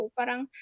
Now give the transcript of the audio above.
parang